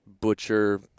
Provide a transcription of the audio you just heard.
butcher